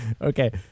Okay